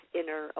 inner